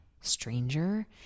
stranger